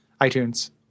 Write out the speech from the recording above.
iTunes